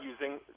using